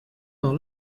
dans